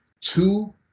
two